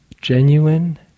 genuine